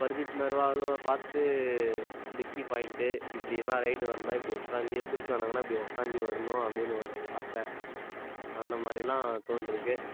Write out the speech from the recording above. பர்தீப் நர்வாலும் பார்த்து டிக்கி பாயிண்ட்டு இப்படிலாம் ரெய்டு வந்தால் இப்படி ஒக்காந்து பிடிக்க வந்தாங்கன்னா இப்படி ஒக்காந்து வரணும் அப்படின்னு ஒரு ஆசை அந்த மாதிரிலாம் தோன்றியிருக்கு